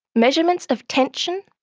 measurements of tension,